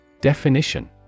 Definition